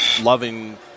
loving